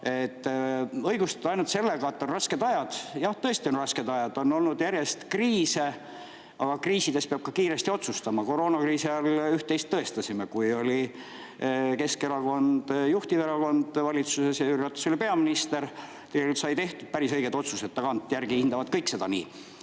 ainult sellega, et on rasked ajad? Jah, tõesti on rasked ajad, on olnud järjest kriise, aga kriisides peab kiiresti otsustama. Koroonakriisi ajal üht-teist tõestasime. Kui Keskerakond oli juhtiv erakond valitsuses ja Jüri Ratas peaminister, siis said tehtud päris õiged otsused – tagantjärgi hindavad kõik seda nii